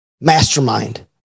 mastermind